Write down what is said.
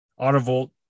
Autovolt